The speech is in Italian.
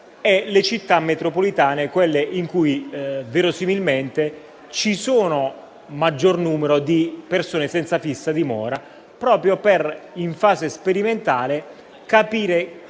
e le Città metropolitane, quelle in cui verosimilmente c'è il maggior numero di persone senza fissa dimora, per capire in fase sperimentale quanti